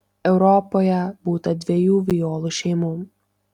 europoje būta dviejų violų šeimų